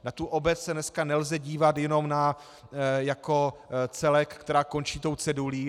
Na tu obec se dneska nelze dívat jenom jako na celek, který končí tou cedulí.